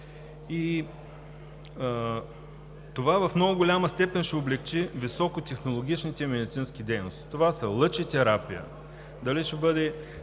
и в много голяма степен ще облекчи високотехнологичните медицински дейности. Това са лъчетерапия, дали ще бъде